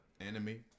enemy